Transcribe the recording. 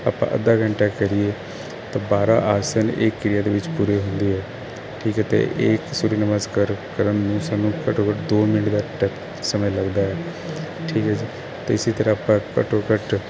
ਆਪਾਂ ਅੱਧਾ ਘੰਟਾ ਕਰੀਏ ਤਾਂ ਬਾਰਾ ਆਸਨ ਇਹ ਕਿਰਿਆ ਦੇ ਵਿੱਚ ਪੂਰੇ ਹੁੰਦੇ ਹੈ ਠੀਕ ਹੈ ਤੇ ਇਹ ਸੂਰਿਆ ਨਮਸਕਾਰ ਕਰਨ ਨੂੰ ਸਾਨੂੰ ਘੱਟੋ ਘੱਟ ਦੋ ਮਿੰਟ ਦਾ ਸਮੇਂ ਲੱਗਦਾ ਠੀਕ ਹੈ ਜੀ ਤੇ ਇਸੀ ਤਰਾਂ ਆਪਾਂ ਘੱਟੋ ਘੱਟ